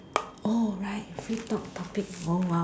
oh right free talk topic oh !wow!